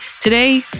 today